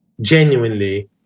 genuinely